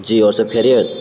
جی اور سب پریت